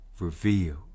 reveal